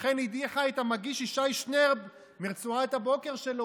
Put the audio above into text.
וכן הדיחה את המגיש ישי שנרב מרצועת הבוקר שלו,